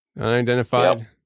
unidentified